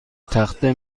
تخته